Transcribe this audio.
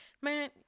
Man